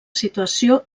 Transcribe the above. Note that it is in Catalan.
situació